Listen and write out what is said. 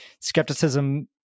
skepticism